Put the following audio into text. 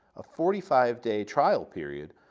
a forty five day trial period,